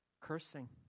cursing